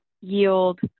yield